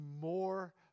more